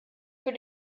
für